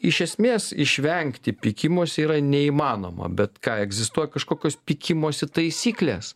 iš esmės išvengti pykimosi yra neįmanoma bet ką egzistuoja kažkokios pykimosi taisyklės